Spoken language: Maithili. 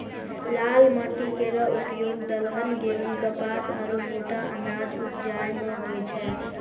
लाल माटी केरो उपयोग दलहन, गेंहू, कपास आरु मोटा अनाज उपजाय म होय छै